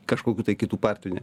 kažkokių tai kitų partijų ne